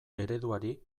ereduari